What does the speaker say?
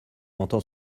entend